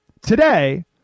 today